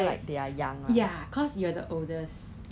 then 三第第三十天我可以丢掉 liao